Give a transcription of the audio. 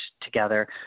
together